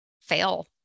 fail